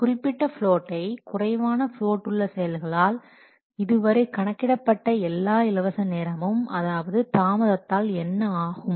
குறிப்பிட்ட பிளோட்டை குறைவான பிளோட் உள்ள செயல்களால் இதுவரை கணக்கிடப்பட்ட எல்லா இலவச நேரமும் அதாவது தாமதத்தால் என்ன ஆகும்